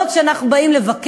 אנחנו לא רק באים לבקר,